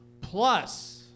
Plus